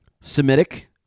Semitic